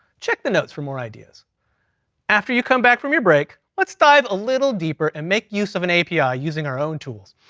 check the notes for more ideas after you come back from your break, let's dive a little deeper, and make use of an api using our own tools.